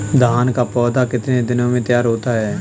धान का पौधा कितने दिनों में तैयार होता है?